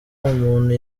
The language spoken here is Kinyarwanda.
umuntu